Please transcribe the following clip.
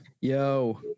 Yo